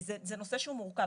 זה נושא שהוא מורכב.